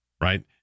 Right